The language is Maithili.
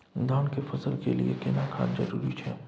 धान के फसल के लिये केना खाद जरूरी छै?